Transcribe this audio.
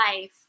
life